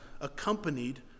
accompanied